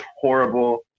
horrible